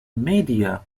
media